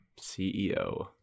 CEO